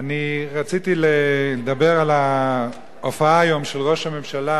אני רציתי לדבר על ההופעה, היום, של ראש הממשלה